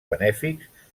benèfics